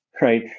right